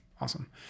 Awesome